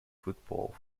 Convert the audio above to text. football